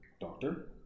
doctor